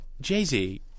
Jay-Z